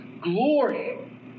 glory